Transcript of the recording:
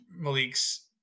Malik's